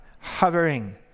hovering